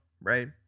right